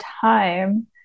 time